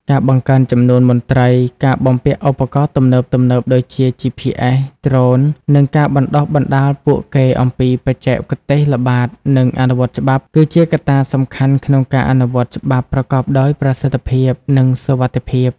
ការបង្កើនចំនួនមន្ត្រី ការបំពាក់ឧបករណ៍ទំនើបៗ ដូចជា GPS ដ្រូន និងការបណ្តុះបណ្តាលពួកគេអំពីបច្ចេកទេសល្បាត និងអនុវត្តច្បាប់ គឺជាកត្តាសំខាន់ក្នុងការអនុវត្តច្បាប់ប្រកបដោយប្រសិទ្ធភាព និងសុវត្ថិភាព។